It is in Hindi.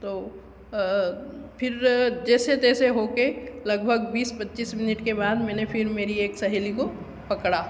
तो अ फिर जैसे तैसे हो के लगभग बीस पच्चीस मिनट के बाद मैने फिर मेरी एक सहेली को पकड़ा